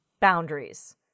boundaries